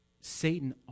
Satan